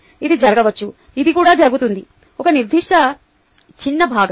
ఇది జరగవచ్చు ఇది కూడా జరుగుతుంది ఒక నిర్దిష్ట చిన్న భాగం